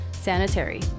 sanitary